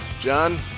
John